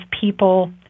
people